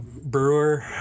Brewer